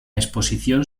exposición